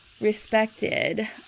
respected